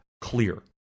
clear